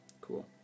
Cool